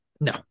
No